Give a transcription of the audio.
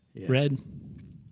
Red